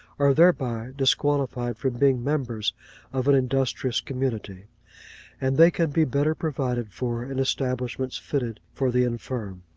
are thereby disqualified from being members of an industrious community and they can be better provided for in establishments fitted for the infirm